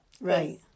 Right